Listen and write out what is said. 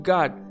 God